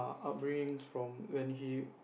upbringing from when he